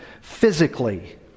physically